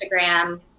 Instagram